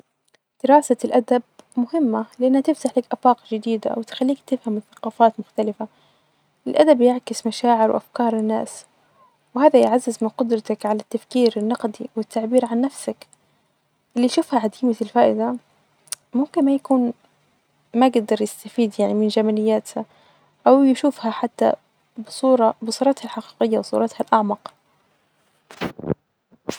دراسة الأدب مهمة لإنها تفتحلك أبواب جديدة وتخليك تفهم ثقافات مختلفة، الأدب يعكس مشاعر وأفكار الناس، وهدا يعزز قدرتك علي التفكير النقدي والتعبير عن نسك اللي يشوفها عديمة الفائدة، ممكن ما يكون ما جدر يستفيد يعني من جمالياتها، أو يشوفها حتي بصورتها الحقيقية بصورتها الأعمق.